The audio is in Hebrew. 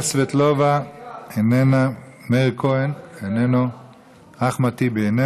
בגלל זה אין לי Cal. עכשיו אני יודע למה.